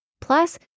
plus